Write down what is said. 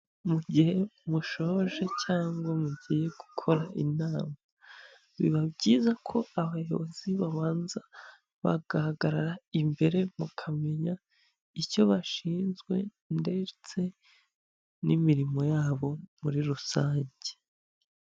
Mu gihe mushoje cyangwa mugiye gukora inama, biba byiza ko abayobozi babanza bagahagarara imbere, mukamenya icyo bashinzwe ndetse n'imirimo yabo muri rusange.